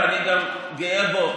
ואני גם גאה בו,